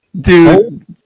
Dude